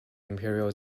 imperial